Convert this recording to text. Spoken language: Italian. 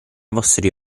vostri